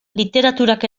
literaturak